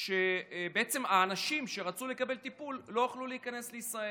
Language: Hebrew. בעצם האנשים שרצו לקבל טיפול לא יכלו להיכנס לישראל.